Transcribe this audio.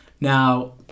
Now